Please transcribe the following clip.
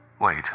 Wait